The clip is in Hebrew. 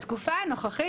בתקופה הנוכחית,